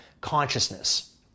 consciousness